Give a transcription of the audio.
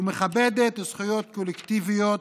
מכבדת זכויות קולקטיביות